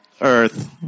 Earth